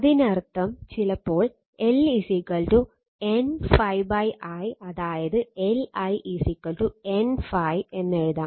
അതിനർത്ഥം ചിലപ്പോൾ L N ∅ i അതായത് Li N ∅ എന്ന് എഴുതാം